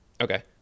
Okay